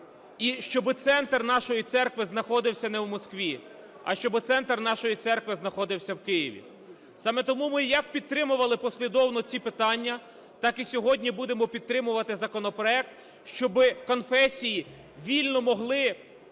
і щоби центр нашої церкви знаходився не у Москві, а щоби центр нашої церкви знаходився в Києві. Саме тому ми як підтримували послідовно ці питання, так і сьогодні будемо підтримувати законопроект, щоб конфесії вільно могли переходити,